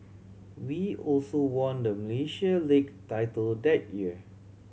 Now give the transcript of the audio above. we also won the Malaysia League title that year